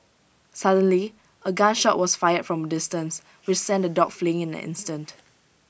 suddenly A gun shot was fired from A distance which sent the dogs fleeing in an instant